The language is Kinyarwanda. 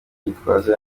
gitwaza